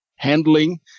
handling